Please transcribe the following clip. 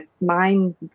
mind